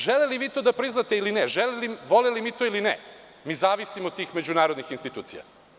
Želeli vi to da priznate ili ne, voleli mi to ili ne, mi zavisimo od tih međunarodnih institucija.